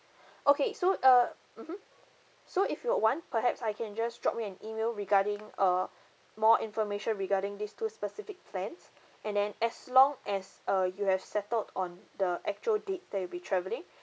okay so uh mmhmm so if you want perhaps I can just drop you an email regarding uh more information regarding these two specific plans and then as long as uh you have settled on the actual date that you'll be travelling